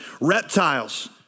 reptiles